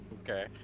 Okay